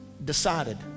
Decided